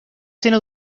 seno